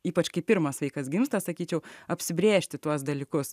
ypač kai pirmas vaikas gimsta sakyčiau apsibrėžti tuos dalykus